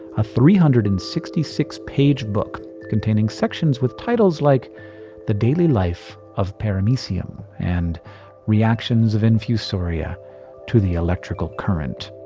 a three hundred and sixty six page book containing sections with titles like the daily life of paramecium and reactions of infusoria to the electrical current.